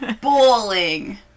Bowling